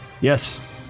yes